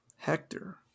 Hector